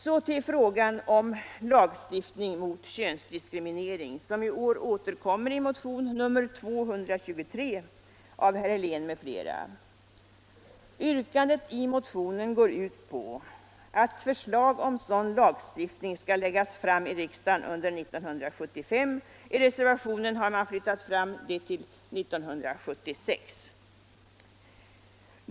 Så till frågan om lagstiftning mot könsdiskriminering, som i år återkommer i motionen 1975:223 av herr Helén m.fl. Yrkandet i motionen går ut på att förslag om sådan lagstiftning skall läggas fram i riksdagen under 1975. I reservationen har man flyttat fram tiden till 1976.